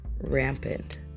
rampant